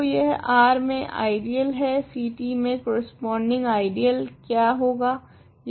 तो यह R मे आइडियल है Ct मे कोरेस्पोंडींग आइडियल क्या होगा